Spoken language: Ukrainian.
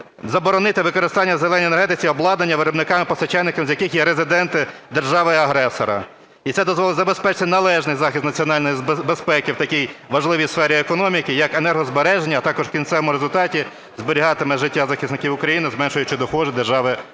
заборонити використання в "зеленій" енергетиці обладнання виробникам і постачальникам, з яких є резиденти держави-агресора. І це дозволить забезпечити належний захист національної безпеки в такий важливій сфері економіки як енергозбереження, а також в кінцевому результаті зберігатиме життя захисників України, зменшуючи доходи держави-агресора.